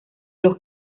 los